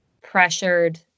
pressured